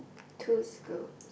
two scoop